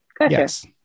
yes